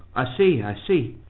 i see! i see!